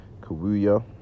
Kawuya